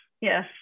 yes